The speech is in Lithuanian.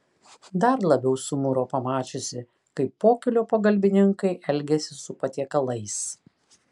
dar labiau sumuro pamačiusi kaip pokylio pagalbininkai elgiasi su patiekalais